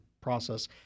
process